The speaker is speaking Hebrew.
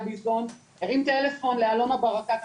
הרים טלפון לאלונה ברקת,